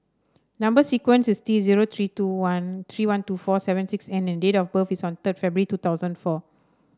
number sequence is T zero three two one three one two four seven six N and date of birth is on third February two thousand four